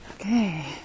Okay